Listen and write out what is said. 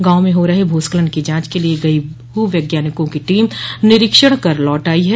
गांव में हो रहे भूस्खलन की जांच के लिए गई भू वैज्ञानिकों की टीम निरीक्षण कर लौट आई है